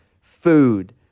food